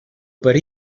per